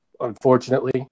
Unfortunately